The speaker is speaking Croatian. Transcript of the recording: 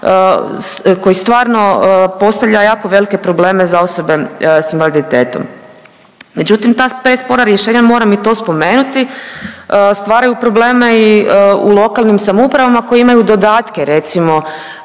koji stvarno postavlja jako velike probleme za osobe s invaliditetom. Međutim ta prespora rješenja, moram i to spomenuti, stvaraju probleme i u lokalnim samoupravama koje imaju dodatke recimo